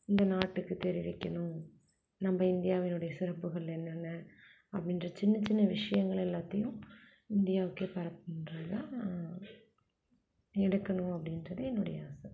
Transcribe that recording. இந்த நாட்டுக்கு தெரிவிக்கணும் நம்ம இந்தியாவினுடைய சிறப்புகள் என்னென்ன அப்படின்ற சின்ன சின்ன விஷயங்கள் எல்லாத்தையும் இந்தியாவுக்கே பரப்பணுன்றதான் எடுக்கணும் அப்படின்றது என்னுடைய ஆசை